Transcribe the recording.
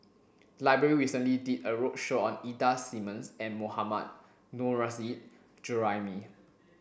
library recently did a roadshow Ida Simmons and Mohammad Nurrasyid Juraimi